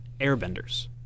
airbenders